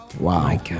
wow